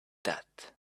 that